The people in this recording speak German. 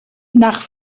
nach